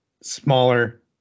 smaller